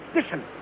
Listen